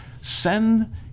send